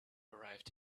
arrived